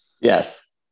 Yes